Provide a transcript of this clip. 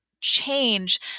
change